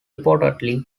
reportedly